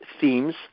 themes